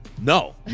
No